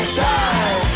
die